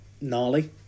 gnarly